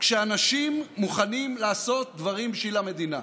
כשאנשים מוכנים לעשות דברים בשביל המדינה.